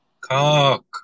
cock